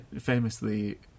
famously